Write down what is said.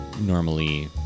normally